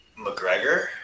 McGregor